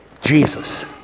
Jesus